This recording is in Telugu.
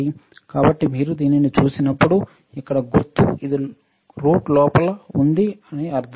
కాబట్టి మీరు దీనిని చూసినప్పుడు ఇక్కడ గుర్తు ఇది రూట్ లోపల ఉంది అని అర్ధం